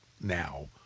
now